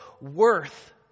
worth